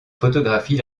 photographie